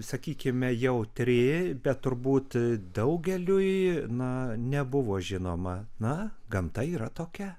sakykime jautri bet turbūt daugeliui na nebuvo žinoma na gamta yra tokia